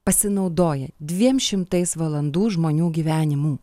pasinaudoja dviem šimtais valandų žmonių gyvenimų